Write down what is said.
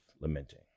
lamenting